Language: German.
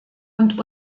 und